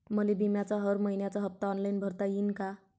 मले बिम्याचा हर मइन्याचा हप्ता ऑनलाईन भरता यीन का?